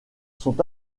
sont